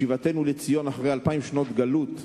שיבתנו לציון אחרי אלפיים שנות גלות,